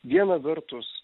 viena vertus